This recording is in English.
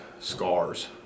scars